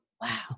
wow